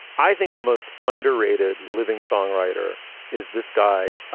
i think the most underrated living songwriter is this guy,